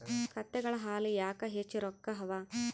ಕತ್ತೆಗಳ ಹಾಲ ಯಾಕ ಹೆಚ್ಚ ರೊಕ್ಕ ಅವಾ?